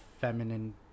feminine